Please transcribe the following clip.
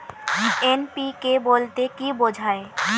NPK বলতে কী বোঝায়?